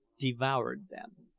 devoured them.